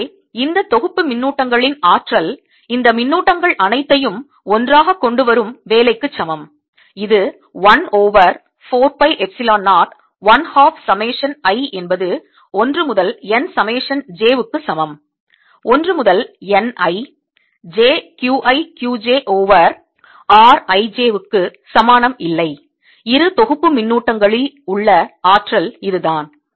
எனவே இந்த தொகுப்பு மின்னூட்டங்களின் ஆற்றல் இந்த மின்னூட்டங்கள் அனைத்தையும் ஒன்றாகக் கொண்டு வரும் வேலைக்குச் சமம் இது 1 over 4 pi epsilon 0 1 half summation i என்பது 1 முதல் N summation j க்குச் சமம் 1 முதல் N i j Q i Q j over r i j க்குச் சமானம் இல்லை இரு தொகுப்பு மின்னூட்டங்களில் உள்ள ஆற்றல் இதுதான்